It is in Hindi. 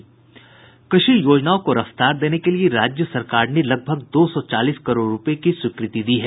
कृषि योजनाओं को रफ्तार देने के लिए राज्य सरकार ने लगभग दो सौ चालीस करोड़ रुपये की स्वीकृति दी है